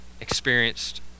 experienced